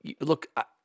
Look